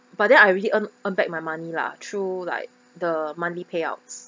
but then I really earn earn back my money lah through like the monthly payouts